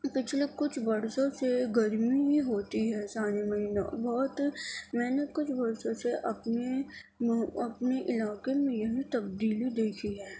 پچھلے کچھ برسوں سے گرمی ہی ہوتی ہے سارے مہینہ بہت میں نے کچھ برسوں سے اپنے اپنے علاقے میں یہی تبدیلی دیکھی ہے